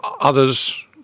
others